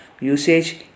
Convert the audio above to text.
Usage